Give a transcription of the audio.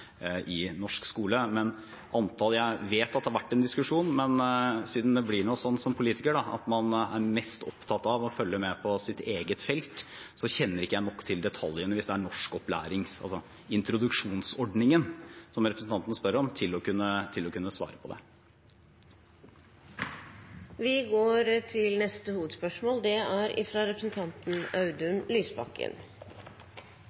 i norsk skole. Jeg vet det har vært en diskusjon, men siden det blir sånn at man som politiker er mest opptatt av å følge med på sitt eget felt, kjenner ikke jeg nok til detaljene til å kunne svare på det – hvis det er introduksjonsordningen representanten spør om. Vi går videre til neste hovedspørsmål. Jeg tror jeg bare skal be kunnskapsministeren snu! Flere lærere er